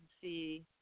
see